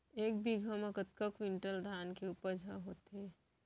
एक बीघा म कतका क्विंटल धान के उपज ह होथे?